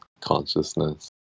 consciousness